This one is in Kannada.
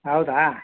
ಹೌದಾ